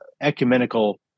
ecumenical